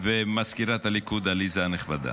ומזכירת הליכוד עליזה הנכבדה,